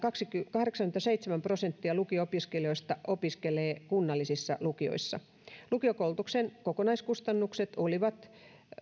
kahdeksankymmentäseitsemän prosenttia lukio opiskelijoista opiskelee kunnallisissa lukioissa lukiokoulutuksen kokonaiskustannukset olivat